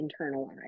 internalized